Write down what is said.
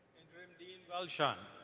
interim dean welshon,